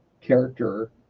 character